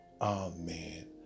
amen